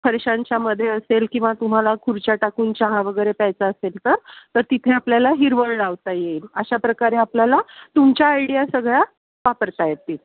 फरशांच्यामध्ये असेल किंवा तुम्हाला खुर्च्या टाकून चहा वगैरे प्यायचा असेल तर तिथे आपल्याला हिरवळ लावता येईल अशा प्रकारे आपल्याला तुमच्या आयडिया सगळ्या वापरता येतील